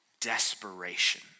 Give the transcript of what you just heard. desperation